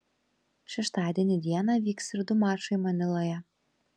šeštadienį dieną vyks ir du mačai maniloje